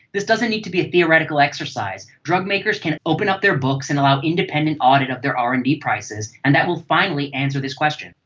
this doesn't need to be a theoretical exercise. drug makers can open up their books and allow independent audit of their r and d prices and that will finally answer this question.